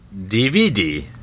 DVD